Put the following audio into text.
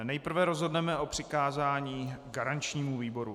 Nejprve rozhodneme o přikázání garančnímu výboru.